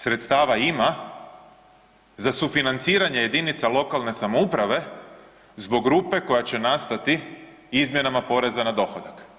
Sredstava ima za sufinanciranje jedinica lokalne samouprave zbog rupe koja će nastati izmjenama porezna na dohodak.